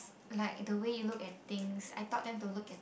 like the way you look at things I taught them to look at